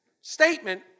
statement